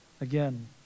Again